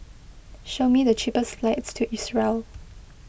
show me the cheapest flights to Israel